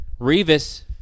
Revis